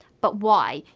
but why?